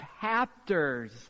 chapters